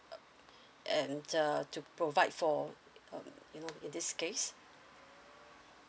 uh and uh to provide for um you know in this case